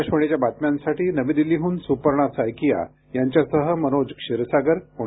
आकाशवाणीच्या बातम्यांसाठी नवी दिल्लीहून सुपर्णा सायकिया यांच्यासह मनोज क्षीरसागर पुणे